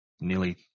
nearly